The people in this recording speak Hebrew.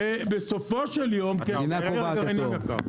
המדינה קובעת אותו.